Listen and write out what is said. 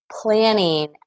planning